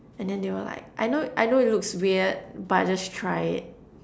and then they will like I know I know it looks weird but just try it